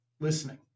listening